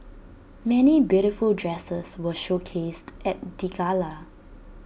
many beautiful dresses were showcased at the gala